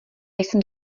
jsem